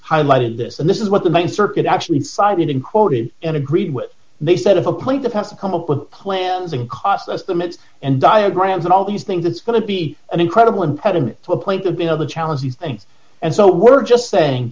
highlighted this and this is what the main circuit actually cited in quoted and agreed with they said if a point the past come up with plans and cost estimates and diagrams and all these things it's going to be an incredible impediment to appoint a bit of a challenge these things and so we're just saying